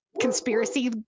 conspiracy